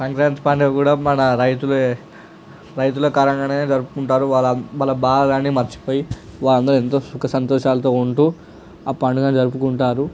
సంక్రాంతి పండుగ కూడా మన రైతుల రైతుల కారణంగానే జరుపుకుంటారు వాళ్ళ వాళ్ళ బాధ అని మర్చిపోయి వాళ్ళందరూ ఎంతో సుఖ సంతోషాలతో ఉంటూ ఆ పండుగని జరుపుకుంటారు